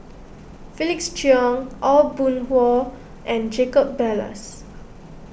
Felix Cheong Aw Boon Haw and Jacob Ballas